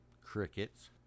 Crickets